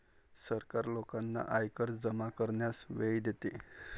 सरकार लोकांना आयकर जमा करण्यास वेळ देते